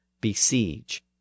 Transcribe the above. besiege